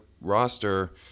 roster